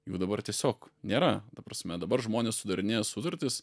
jų dabar tiesiog nėra ta prasme dabar žmonės sudarinėja sutartis